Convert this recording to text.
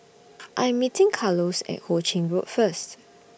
I Am meeting Carlos At Ho Ching Road First